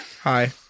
hi